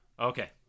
Okay